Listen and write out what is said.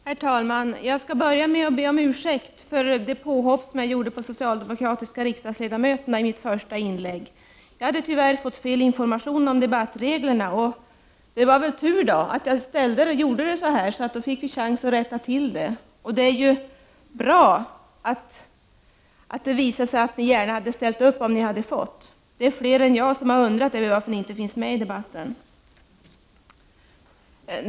Herr talman! Jag skall börja med att be om ursäkt för mitt påhopp på de socialdemokratiska riksdagsledamöterna i mitt första inlägg. Jag hade tyvärr fått fel information om debattreglerna. Men det var väl tur då att jag gjorde som jag gjorde, så att jag fick en chans att rätta till det. Det är bra att ni gärna skulle ha ställt upp om ni hade fått. Det är fler än jag som har undrat över varför ni inte finns med i debatten.